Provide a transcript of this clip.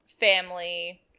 family